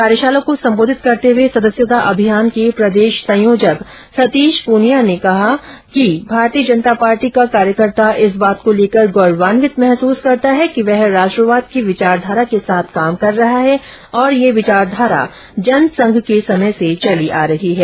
कार्यशाला को संबोधित करते हुए सदस्यता अभियान के प्रदेश संयोजक सतीश पुनिया ने कहा कि भारतीय जनता पार्टी का कार्यकर्ता इस बात को लेकर गौरवान्वित महसूस करता है कि वह राष्ट्रवाद की विचारधारा के साथ कार्य कर रहा है और यह विचारधारा जनसंघ के समय से चली आ रही है